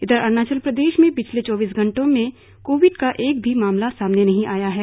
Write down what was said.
इधर अरुणाचल प्रदेश में पिछले चौबीस घंटे में कोविड का एक भी मामला सामने नहीं आया है